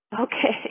Okay